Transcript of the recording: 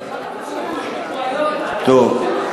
לא יבטלו כמו שביטלו היום את,